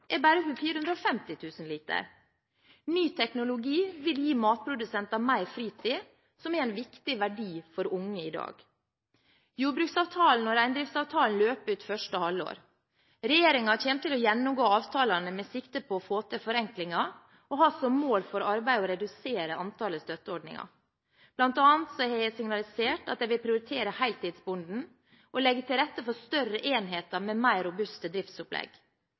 bare er 450 000 liter. Ny teknologi vil gi matprodusenter mer fritid, som er en viktig verdi for unge i dag. Jordbruksavtalen og reindriftsavtalen løper ut første halvår 2014. Regjeringen kommer til å gjennomgå avtalene med sikte på å få til forenklinger og ha som mål for arbeidet å redusere antallet støtteordninger. Blant annet har jeg signalisert at jeg vil prioritere heltidsbonden og legge til rette for større enheter med mer robuste driftsopplegg.